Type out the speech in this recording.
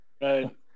Right